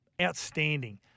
outstanding